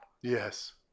Yes